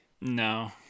No